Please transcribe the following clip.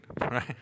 right